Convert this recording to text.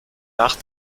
nach